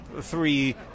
three